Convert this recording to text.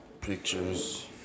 pictures